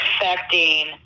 affecting